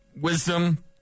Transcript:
wisdom